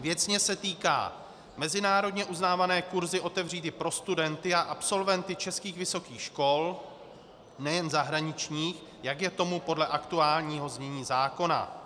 Věcně se týká mezinárodně uznávané kurzy otevřít i pro studenty a absolventy českých vysokých škol, nejen zahraničních, jak je tomu podle aktuálního znění zákona.